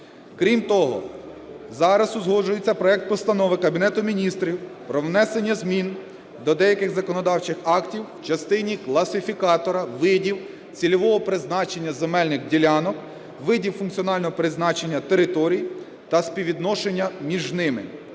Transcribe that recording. Крім того, зараз узгоджується проект Постанови Кабінету Міністрів про внесення змін до деяких законодавчих актів в частині класифікатора видів цільового призначення земельних ділянок, видів функціонального призначення територій та співвідношення між ними,